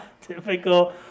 Typical